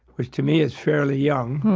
which to me is fairly young